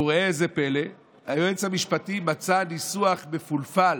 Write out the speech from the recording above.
וראה זה פלא, היועץ המשפטי מצא ניסוח מפולפל